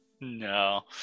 No